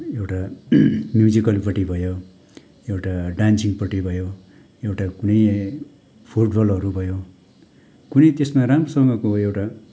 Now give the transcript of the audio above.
एउटा म्युजिकलपट्टि भयो एउटा डान्सिङपट्टि भयो एउटा कुनै फुटबलहरू भयो कुनै त्यस्मा राम्रोसँगको एउटा